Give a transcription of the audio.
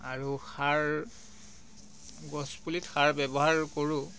আৰু সাৰ গছপুলিত সাৰ ব্যৱহাৰ কৰোঁ